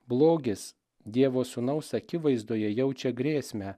blogis dievo sūnaus akivaizdoje jaučia grėsmę